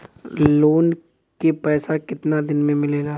Loan के पैसा कितना दिन मे मिलेला?